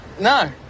No